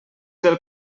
del